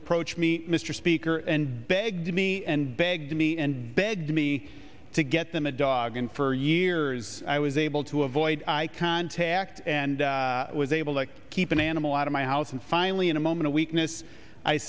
approached me mr speaker and begged me and begged me and begged me to get them a dog and for years i was able to avoid eye contact and was able to keep an animal out of my house and finally in a moment of weakness i